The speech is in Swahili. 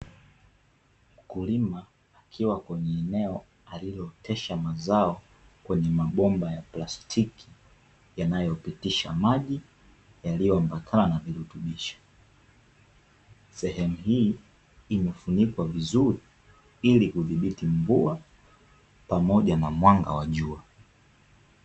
Mkulima akiwa kwenye eneo alilootesha mazao kwenye mabomba ya plastiki yanayopitisha maji yaliyoambatana na virutubisho. Sehemu hii imefunikwa vizuri ili kudhibiti mvua pamoja na mwanga wa jua.